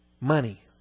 money